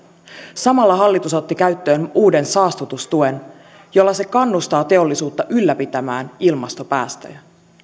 samalla hallitus otti käyttöön uuden saastutustuen jolla se kannustaa teollisuutta ylläpitämään ilmastopäästöjä